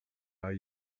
are